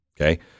okay